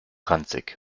ranzig